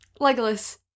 Legolas